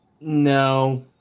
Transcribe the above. No